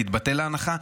תתבטל ההנחה.